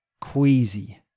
queasy